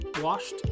washed